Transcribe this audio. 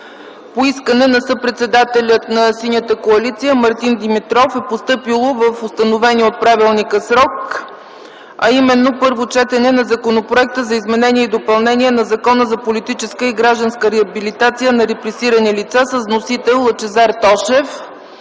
по искане на съпредседателя на Синята коалиция Мартин Димитров е постъпил в установения от правилника срок - Първо четене на Законопроект за изменение и допълнение на Закона за политическа и гражданска реабилитация на репресирани лица. Вносител - Лъчезар Тошев.